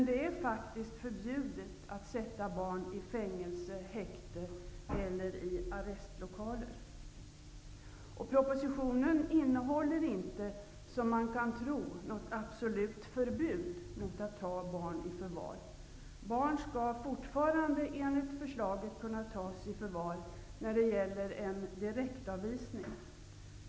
Det är faktiskt förbjudet att sätta barn i fängelse, häkte eller arrestlokaler. Propositionen innehåller inte, som man kan tro, ett absolut förbud mot att ta barn i förvar. Barn skall fortfarande enligt förslaget kunna tas i förvar när det gäller en direktavvisning.